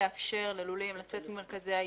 לאפשר ללולים לצאת ממרכזי היישובים,